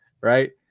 right